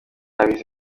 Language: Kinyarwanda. abizi